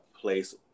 place